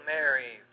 Mary